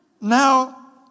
Now